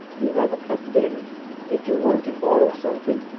you have a cup there did you want to borrow something?